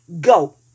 go